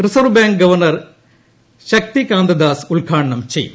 reserve bank governor Shaktikanta Das ഉദ്ഘാടനം ചെയ്യും